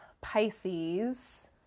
Pisces